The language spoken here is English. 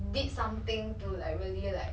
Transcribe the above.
让让我 look up to is it